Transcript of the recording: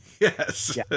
Yes